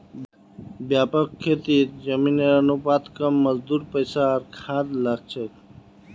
व्यापक खेतीत जमीनेर अनुपात कम मजदूर पैसा आर खाद लाग छेक